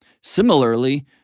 Similarly